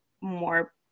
more